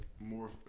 more